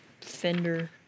fender